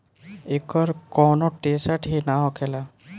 एकर कौनो टेसट ही ना होखेला